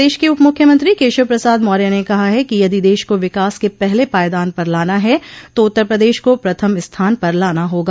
प्रदेश के उप मुख्यमंत्री केशव प्रसाद मौर्य ने कहा कि यदि देश को विकास के पहले पायदान पर लाना है तो उत्तर प्रदेश को प्रथम स्थान पर लाना होगा